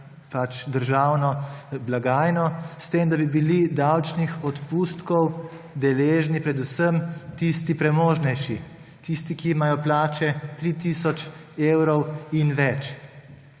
državno blagajno, s tem da bi bili davčnih odpustkov deležni predvsem tisti premožnejši, tisti, ki imajo plače 3 tisoč evrov in več.